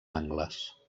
angles